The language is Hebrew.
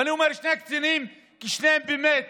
ואני אומר "שני קצינים" כי שניהם באמת